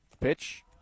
Pitch